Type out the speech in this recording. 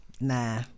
nah